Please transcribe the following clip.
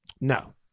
No